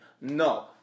no